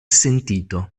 sentito